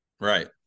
Right